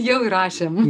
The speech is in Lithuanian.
jau įrašėm